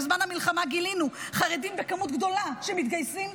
בזמן המלחמה גילינו חרדים במספר גדול שמתגייסים,